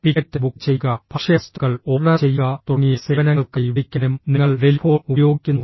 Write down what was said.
ticket book ചെയ്യുക ഭക്ഷ്യവസ്തുക്കൾ order ചെയ്യുക തുടങ്ങിയ സേവനങ്ങൾക്കായി വിളിക്കാനും നിങ്ങൾ ടെലിഫോൺ ഉപയോഗിക്കുന്നു